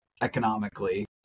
economically